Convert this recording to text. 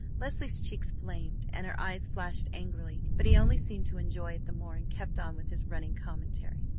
leslie's cheeks flamed and her eyes flashed angrily, but he only seemed to enjoy it the more, and kept on with his running commentary.